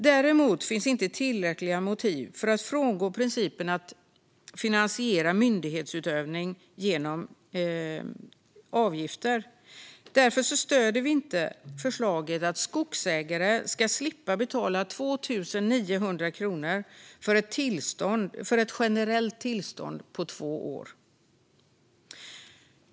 Däremot finns inte tillräckliga motiv för att frångå principen att finansiera myndighetsutövning genom avgifter. Därför stöder vi inte förslaget att skogsägare ska slippa betala 2 900 kronor för ett generellt tillstånd på två år.